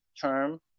term